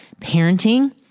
parenting